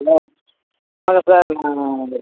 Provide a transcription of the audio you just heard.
hello வணக்கம் sir நான்